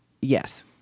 yes